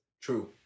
true